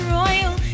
royal